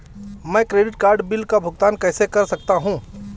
मैं credit card bill का भुगतान कैसे कर सकता हूं?